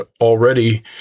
already